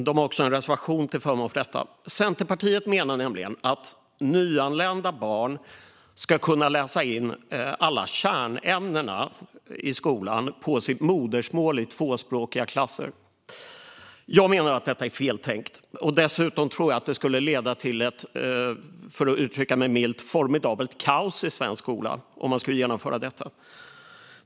De har också en reservation till förmån för detta. Centerpartiet menar nämligen att nyanlända barn ska kunna läsa in alla kärnämnen i skolan på sitt modersmål i tvåspråkiga klasser. Jag menar att detta är feltänkt. Dessutom tror jag att det skulle leda till ett - för att uttrycka mig milt - formidabelt kaos i svensk skola om man skulle genomföra detta.